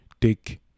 take